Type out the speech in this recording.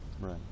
Right